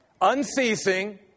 Unceasing